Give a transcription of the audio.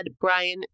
Brian